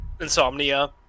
insomnia